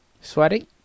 Sweaty